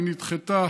היא נדחתה